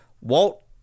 Walt